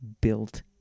built